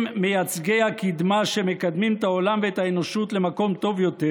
הם מייצגי הקדמה שמקדמים את העולם ואת האנושות למקום טוב יותר,